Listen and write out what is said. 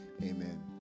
Amen